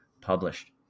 published